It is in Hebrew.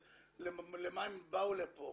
למה הם באו לפה.